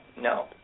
no